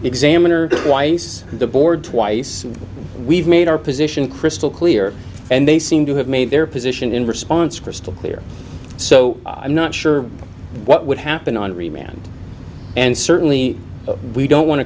examiner twice the board twice we've made our position crystal clear and they seem to have made their position in response crystal clear so i'm not sure what would happen on remount and certainly we don't want to